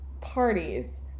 parties